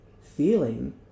feeling